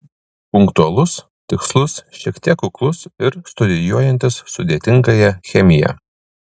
punktualus tikslus šiek tiek kuklus ir studijuojantis sudėtingąją chemiją